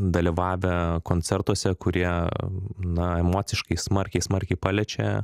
dalyvavę koncertuose kurie na emociškai smarkiai smarkiai paliečia